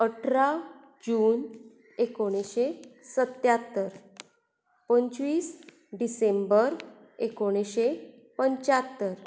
अठारा जून एकोणिशें सत्यात्तर पंचवीस डिसेंबर एकोणिशें पंच्यात्तर